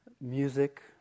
music